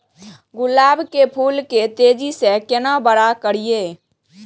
गुलाब के फूल के तेजी से केना बड़ा करिए?